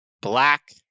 black